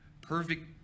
perfect